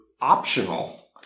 optional